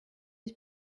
ich